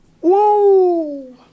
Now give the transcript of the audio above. Whoa